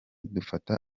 tudafite